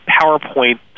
PowerPoint